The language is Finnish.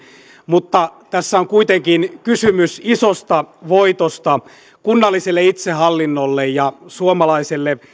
mutta tässä on kuitenkin kysymys isosta voitosta kunnalliselle itsehallinnolle ja suomalaiselle